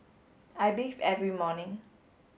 I bathe every morning